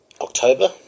October